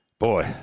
Boy